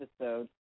episode